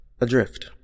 adrift